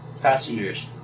Passengers